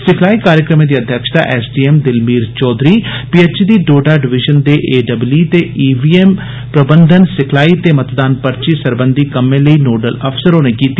सिखलाई कार्यक्रमें दी अध्यक्षता SDM Dilmir Chaudhary PHE Doda division दे एईई ते इवीएम प्रबंधन सिखलाई ते मतदान पर्ची सरबंधी कम्में लेई नोडल अफसर होरें कीती